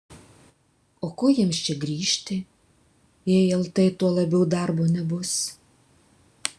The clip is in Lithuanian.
o ko jiems čia grįžti jei lt tuo labiau darbo nebus